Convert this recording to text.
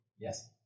Yes